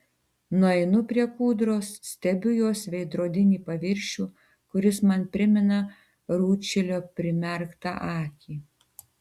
nueinu prie kūdros stebiu jos veidrodinį paviršių kuris man primena rūdšilio primerktą akį